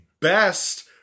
best